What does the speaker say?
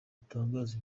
batangaza